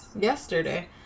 yesterday